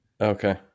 Okay